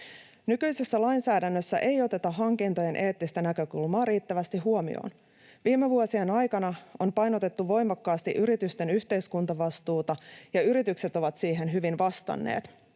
Nykyisessä lainsäädännössä ei oteta hankintojen eettistä näkökulmaa riittävästi huomioon. Viime vuosien aikana on painotettu voimakkaasti yritysten yhteiskuntavastuuta, ja yritykset ovat siihen hyvin vastanneet.